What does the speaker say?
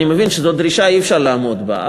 אני מבין שזו דרישה שאי-אפשר לעמוד בה,